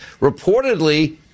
reportedly